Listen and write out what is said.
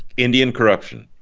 indian corruption.